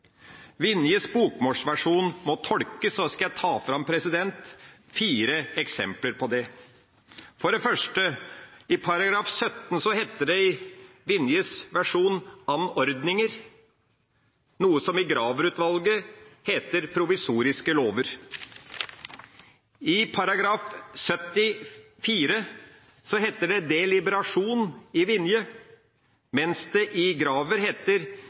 bokmålsversjon må tolkes. Jeg skal ta fram fire eksempler på det. For det første: I § 17 heter det i Vinjes versjon: «anordninger», noe som i Graver-utvalgets versjon heter: «provisoriske lover». I § 74 heter det: «deliberasjon» i Vinjes versjon, mens det i Gravers heter: